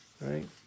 right